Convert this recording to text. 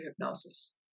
hypnosis